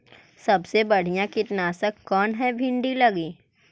सबसे बढ़िया कित्नासक कौन है भिन्डी लगी?